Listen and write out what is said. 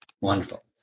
Wonderful